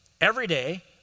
everyday